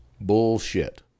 bullshit